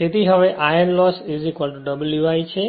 તેથી હવે iron loss W i છે